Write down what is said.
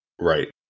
Right